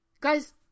Guys